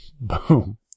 Boom